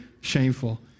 Shameful